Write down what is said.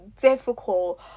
difficult